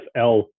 fl